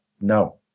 no